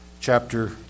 chapter